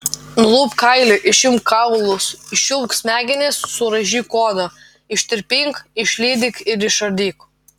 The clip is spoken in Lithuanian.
nulupk kailį išimk kaulus iščiulpk smegenis suraižyk odą ištirpink išlydyk ir išardyk